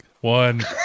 one